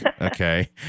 Okay